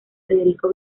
federico